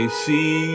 see